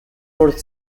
fourth